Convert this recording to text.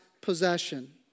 possession